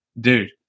dude